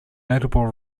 notable